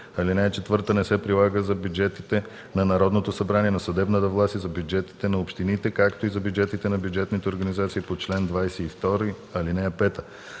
Алинея 4 не се прилага за бюджетите на Народното събрание, на съдебната власт и за бюджетите на общините, както и за бюджетите на бюджетните организации по чл. 22, ал. 5.